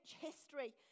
history